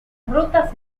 rutas